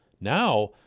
now